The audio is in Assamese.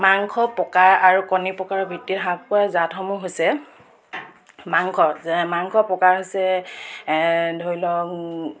মাংস প্ৰকাৰ আৰু কণী প্ৰকাৰৰ ভিত্তিত হাঁহ কুকুৰাৰ জাতসমূহ হৈছে মাংস মাংসৰ প্ৰকাৰ হৈছে ধৰি লওক